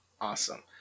awesome